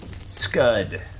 Scud